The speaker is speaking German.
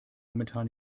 momentan